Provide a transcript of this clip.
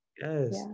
Yes